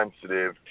sensitive